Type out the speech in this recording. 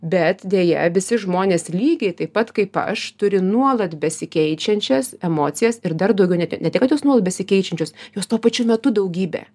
bet deja visi žmonės lygiai taip pat kaip aš turi nuolat besikeičiančias emocijas ir dar daugiau net net ne tik kad jos nuolat besikeičiančios jos tuo pačiu metu daugybė